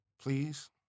please